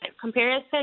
Comparison